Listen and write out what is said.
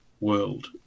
world